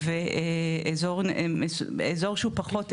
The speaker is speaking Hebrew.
ואזור שהוא פחות ערכי,